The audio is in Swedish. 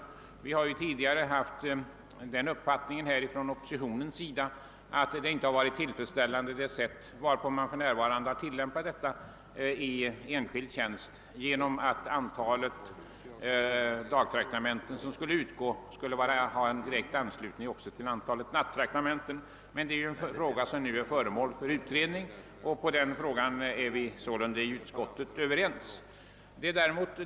Oppositionen har tidigare ansett att det sätt varpå bestämmelserna tillämpats i enskilda företag inte varit tillfredsställande eftersom antalet dagtraktamenten skulle sättas i relation till antalet nattraktamenten. Men den frågar är nu föremål för utredning, och på den punkten är vi således överens inom utskottet.